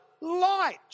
light